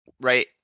right